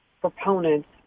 proponents